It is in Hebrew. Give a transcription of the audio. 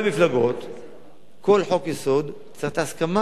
שכל חוק-יסוד צריך את ההסכמה של כל השותפים,